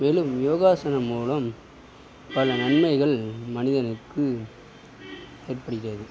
மேலும் யோகாசனம் மூலம் பல நன்மைகள் மனிதனுக்கு ஏற்படுகிறது